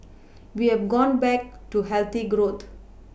we have gone back to healthy growth